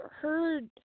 heard